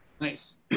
Nice